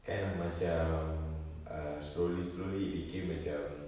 kind of macam err slowly slowly became macam